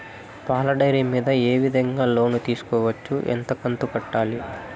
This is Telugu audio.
పాల డైరీ మీద ఏ విధంగా లోను తీసుకోవచ్చు? ఎంత కంతు కట్టాలి?